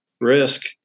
risk